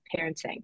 parenting